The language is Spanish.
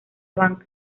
banca